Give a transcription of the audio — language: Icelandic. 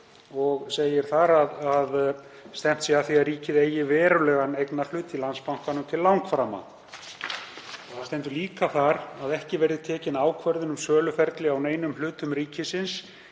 Segir þar að stefnt sé að því að ríkið eigi verulegan eignarhlut í Landsbankanum til langframa. Þar stendur líka að ekki verði tekin ákvörðun um söluferli á neinum hlutum ríkisins